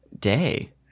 day